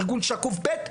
ארגון שקוף ב',